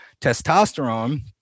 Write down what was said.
testosterone